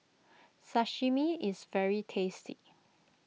Sashimi is very tasty